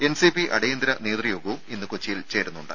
NCP അടിന്തര നേതൃയോഗവും ഇന്ന് കൊച്ചിയിൽ ചേരുന്നുണ്ട്